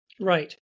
Right